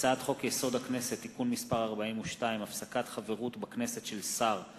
הצעת חוק-יסוד: הכנסת (תיקון מס' 42) (הפסקת חברות בכנסת של שר);